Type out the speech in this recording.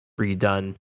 redone